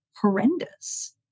horrendous